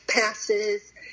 passes